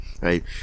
right